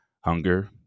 hunger